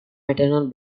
maternal